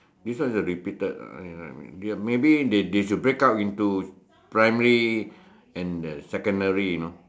this one is repeated maybe they they should break up into primary and secondary you know